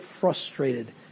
frustrated